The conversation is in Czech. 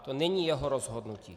To není jeho rozhodnutí.